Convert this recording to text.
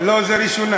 אני אגיד לך למה לשווא.